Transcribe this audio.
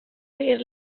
dir